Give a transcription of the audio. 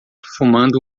fumando